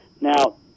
Now